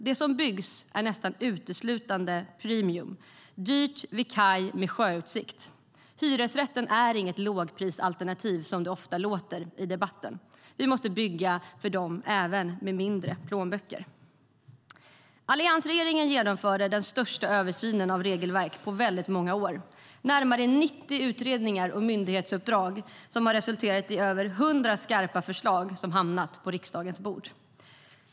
Det som byggs är nästan uteslutande "premium" - dyrt vid kaj med sjöutsikt. Hyresrätten är inget lågprisalternativ, vilket det ofta låter som i debatten. Vi måste bygga även för dem med mindre plånböcker. Alliansregeringen genomförde den största översynen av regelverk på väldigt många år. Närmare 90 utredningar och myndighetsuppdrag har resulterat i över 100 skarpa förslag som hamnat på riksdagens bord.